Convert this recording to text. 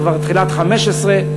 זה כבר תחילת 2015,